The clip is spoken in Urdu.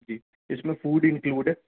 جی اس میں فوڈ انکلیوڈ ہے